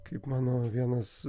kaip mano vienas